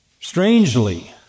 Strangely